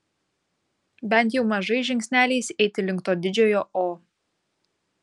bent jau mažais žingsneliais eiti link to didžiojo o